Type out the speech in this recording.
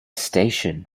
station